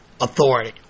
Authority